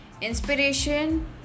Inspiration